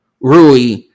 Rui